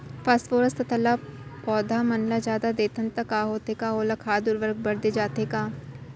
Phosphorus तथा ल पौधा मन ल जादा देथन त का होथे हे, का ओला खाद उर्वरक बर दे जाथे का?